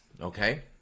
Okay